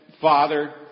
Father